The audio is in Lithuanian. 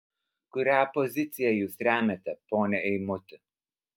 kurią poziciją jūs remiate pone eimuti